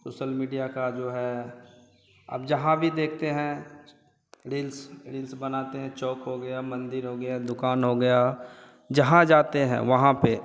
social media का जो है अब जहाँ भी देखते हैं रील्स रील्स बनाते हैं चौक हो गया मन्दिर हो गया दुकान हो गया जहाँ जाते हैं वहाँ पर